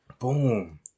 Boom